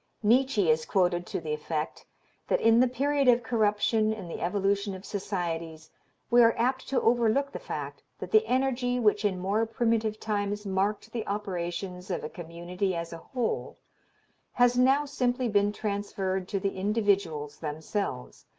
nietzsche is quoted to the effect that in the period of corruption in the evolution of societies we are apt to overlook the fact that the energy which in more primitive times marked the operations of a community as a whole has now simply been transferred to the individuals themselves,